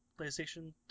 playstation